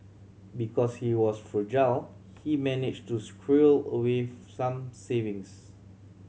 because he was frugal he managed to squirrel away some savings